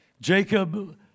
Jacob